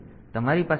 તેથી તમારી પાસે છે